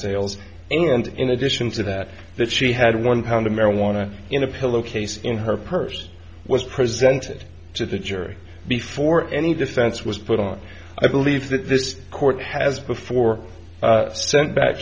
sales and in addition to that that she had one pound of marijuana in a pillow case in her purse was presented to the jury before any defense was put on i believe that this court has before sent back